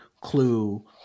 clue